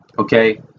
Okay